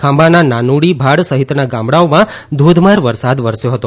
ખાંભાના નાનુડી ભાડ સહિતના ગામડાઓમાં ધોધમાર વરસાદ વરસ્યો હતો